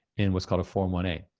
and what's called a form one a.